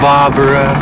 Barbara